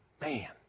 man